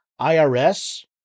IRS